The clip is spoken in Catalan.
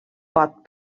pot